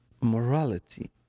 morality